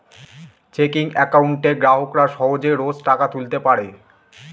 checking একাউন্টে গ্রাহকরা সহজে রোজ টাকা তুলতে পারে